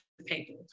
people